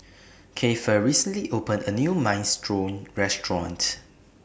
Keifer recently opened A New Minestrone Restaurant